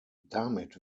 damit